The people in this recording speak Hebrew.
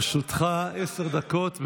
לרשותך עשר דקות.